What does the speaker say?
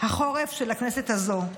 החורף של הכנסת הזו.